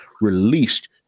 released